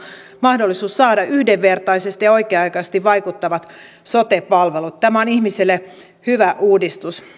mahdollisuus saada yhdenvertaisesti ja oikea aikaisesti vaikuttavat sote palvelut tämä on ihmisille hyvä uudistus